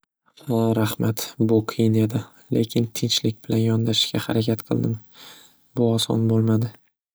Xa raxmat bu qiyin edi lekin tinchlik bilan yondashishga harakat qildim bu oson bo'lmadi.